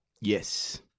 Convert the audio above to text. yes